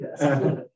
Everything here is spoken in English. Yes